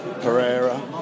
Pereira